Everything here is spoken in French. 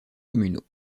communaux